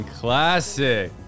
classic